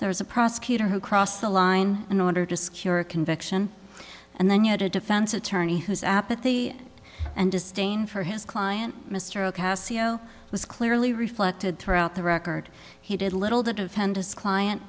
there was a prosecutor who crossed the line in order to secure a conviction and then you had a defense attorney whose apathy and disdain for his client mr ocasio was clearly reflected throughout the record he did little to defend his client